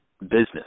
business